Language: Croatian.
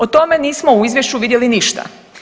O tome nismo u izvješću vidjeli ništa.